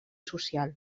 social